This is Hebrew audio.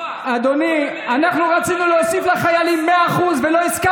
דמי חיילים ל-50% היא לא סיוע?